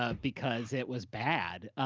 ah because it was bad.